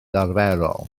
arferol